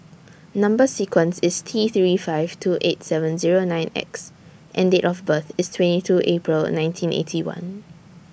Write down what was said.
Number sequence IS T three five two eight seven Zero nine X and Date of birth IS twenty two April nineteen Eighty One